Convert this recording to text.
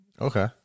Okay